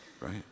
right